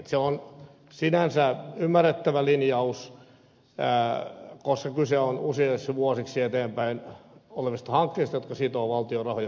se on sinänsä ymmärrettävä linjaus koska kyse on useiksi vuosiksi eteenpäin olevista hankkeista jotka sitovat valtion rahoja pitkäksi aikaa